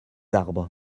arbres